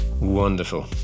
Wonderful